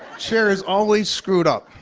chair is always screwed up.